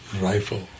rifle